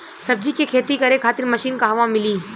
सब्जी के खेती करे खातिर मशीन कहवा मिली?